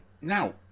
Now